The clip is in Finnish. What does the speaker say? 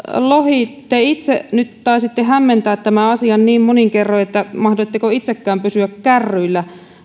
lohi te itse nyt taisitte hämmentää tämän asian niin monin kerroin että mahdoitteko itsekään pysyä kärryillä